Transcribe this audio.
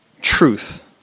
truth